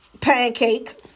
pancake